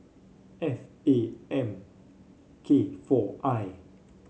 F A M K four I